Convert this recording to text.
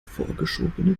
vorgeschobene